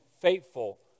faithful